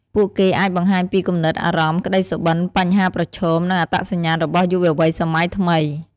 ពួកគេអាចបង្ហាញពីគំនិត អារម្មណ៍ ក្តីសុបិន្ត បញ្ហាប្រឈម និងអត្តសញ្ញាណរបស់យុវវ័យសម័យថ្មី។